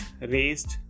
raised